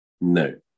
no